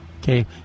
Okay